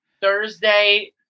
Thursday